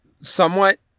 somewhat